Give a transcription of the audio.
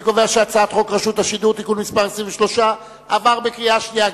אני קובע שהצעת חוק רשות השידור (תיקון מס' 23) עברה בקריאה שנייה.